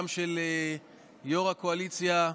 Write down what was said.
גם של יו"ר הקואליציה,